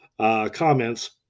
comments